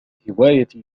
هوايتي